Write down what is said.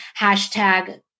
hashtag –